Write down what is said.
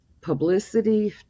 publicity